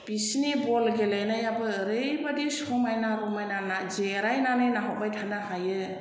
बिसिनि बल गेलेनायाबो ओरैबादि समायना रमायना जेरायनानै नाहरबाय थायो